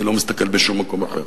אני לא מסתכל בשום מקום אחר.